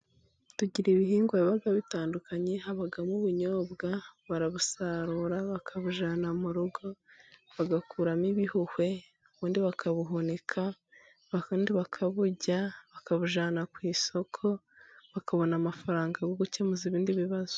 Tugira ibihingwa biba bitandukanye habamo ubunyobwa, barabusarura bakabujyana mu rugo bagakuramo ibihuhwe, ubundi bakabuhunika, ubundi bakaburya bakabujyana ku isoko bakabona amafaranga yo gukemura ibindi bibazo.